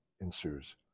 ensues